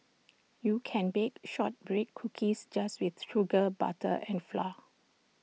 you can bake Shortbread Cookies just with sugar butter and flour